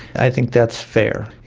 i think that's fair.